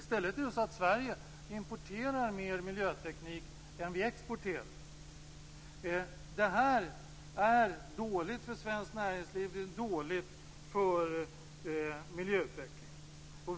I stället importerar Sverige mer miljöteknik än vad vi exporterar. Detta är dåligt för svenskt näringsliv och för miljöutvecklingen.